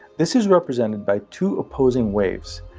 this is represented by two opposing waves.